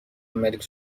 ملک